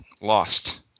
lost